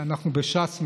אנחנו בש"ס,